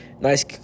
Nice